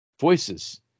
voices